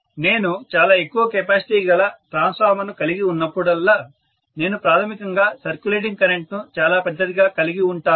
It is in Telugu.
నేను చాలా ఎక్కువ కెపాసిటీ గల ట్రాన్స్ఫార్మర్ను కలిగి ఉన్నప్పుడల్లా నేను ప్రాథమికంగా సర్క్యులేటింగ్ కరెంట్ ను చాలా పెద్దదిగా కలిగి ఉంటాను